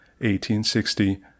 1860